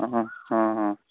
ହଁ ହଁ ହଁ